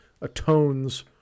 atones